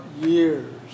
years